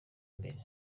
mbere